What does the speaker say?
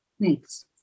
Thanks